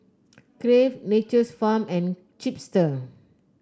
Crave Nature's Farm and Chipster